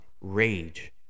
rage